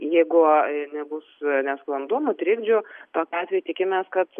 jeigu nebus nesklandumų trikdžių tokiu atveju tikimės kad